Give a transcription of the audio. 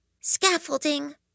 Scaffolding